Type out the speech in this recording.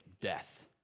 death